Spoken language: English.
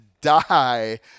die